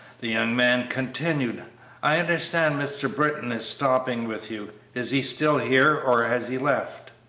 the young man continued i understand mr. britton is stopping with you is he still here, or has he left?